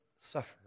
suffer